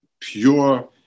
pure